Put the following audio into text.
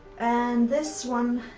and this one,